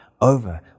over